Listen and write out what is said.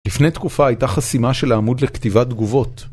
לפני תקופה הייתה חסימה של העמוד לכתיבת תגובות.